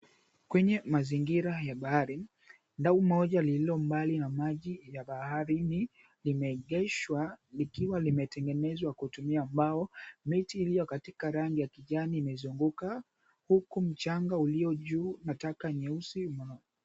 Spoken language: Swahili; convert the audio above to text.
Kwenye mazingira ya bahari, dau moja lililo mbali na maji ya baharini limeegeshwa, likiwa limetengenezwa kutumia mbao. Miti iliyo katika rangi ya kijani imezunguka, huku mchanga ulio juu na taka nyeusi.